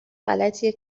غلطیه